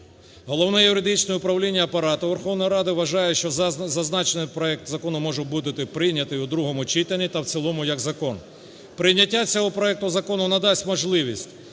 Головне юридичне управління Апарату Верховної Ради вважає, що зазначений проект закону може бути прийнятий у другому читанні та в цілому як закон. Прийняття цього проекту закону надасть можливість